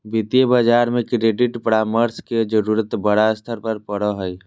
वित्तीय बाजार में क्रेडिट परामर्श के जरूरत बड़ा स्तर पर पड़ो हइ